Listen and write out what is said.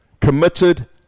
committed